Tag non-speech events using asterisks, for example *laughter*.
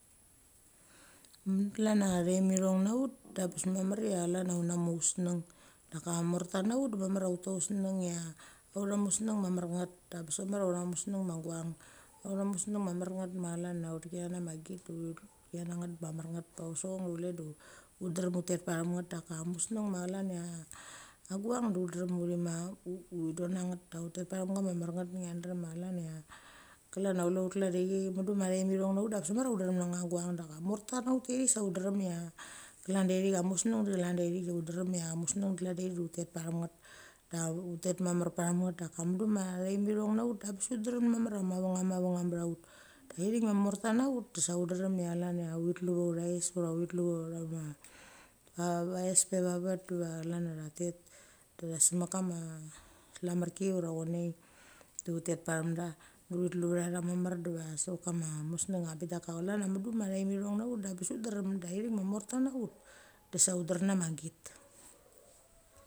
Mir klan a taem ithogn necha ut, debes mamar cha chlan cha unecha mauseng. Daka morta necha ut de mamar cha ut tu autseng ia autha museng ma mar nget abes mamar ia autha museng ma guchang. Autha museng mamar nget ma chlancha ut tiki necha ma glit de utit ki necha ma nget da mar nget pacha ut sachong de chule de ut drem ut tet pachem nget. Daka museng ma chlana guchang ut drem uthi ma uthi don necha nget duk ut tet pachem kama mar nget ngia drem a chlan a klan a chule ut klan de ithit mudu ma themi thong necha ut bes mamar ut necha thek macha guchang daka morta necha ut ta thit sa ut drem ia klan de ithit cha museng de chlan da ithit da ut drem cha museng de chlan de ithit da ut tet pachenget. Da ut tet mamar pachem nget. Daka mudu ma themithong necha ut abes ut drem mamar a mavenem mavenem bechaut. Da ithit ma morta necha ut de sa ut dren ia chlan uthi tuluvatha utha thes ura uthi tulu vama *unintelligible* es pe va vet diva chlan cha tha tet de se mek kma selamerki ura chonea. De ut tet pechamda de uthi tulu vatha tha mamar diva sevek kama museng a veng bik daka chlan a mudu ma thaem ithong necha utdeabes ut drem da ithit ma morta nech ut, de sa ut drem nechama git.